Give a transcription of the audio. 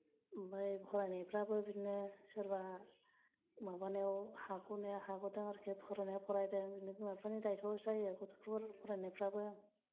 ओमफ्राय फरायनायफ्राबो बिदिनो सोरबा माबानायाव हाग'नाया हाग'दों आरो फरायनाया फरायदों बिदिनो बिमा बिफानि दायत्त'आवसो जायो गथ'फोर फरायनायफ्राबो